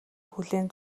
хүлээн